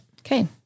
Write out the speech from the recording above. Okay